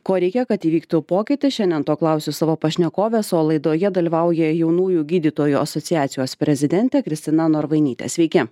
ko reikia kad įvyktų pokytis šiandien to klausiu savo pašnekovės o laidoje dalyvauja jaunųjų gydytojų asociacijos prezidentė kristina norvainytė sveiki